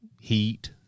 heat